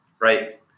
right